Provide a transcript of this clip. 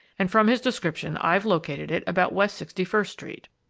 and from his description i've located it about west sixty-first street.